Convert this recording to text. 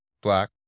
black